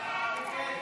חוק הביטוח